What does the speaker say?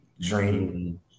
Dream